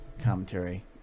Commentary